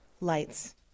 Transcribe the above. Lights